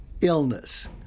illness